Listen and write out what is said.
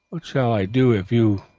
what shall i do if you,